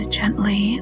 gently